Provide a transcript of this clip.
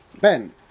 Ben